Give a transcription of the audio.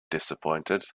disappointed